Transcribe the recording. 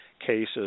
cases